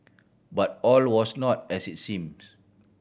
but all was not as it seemed